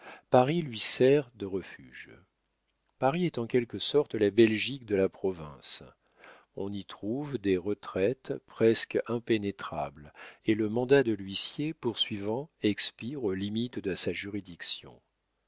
paris lui sert de refuge paris est en quelque sorte la belgique de la province on y trouve des retraites presque impénétrables et le mandat de l'huissier poursuivant expire aux limites de sa juridiction